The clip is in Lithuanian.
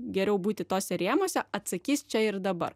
geriau būti tuose rėmuose atsakys čia ir dabar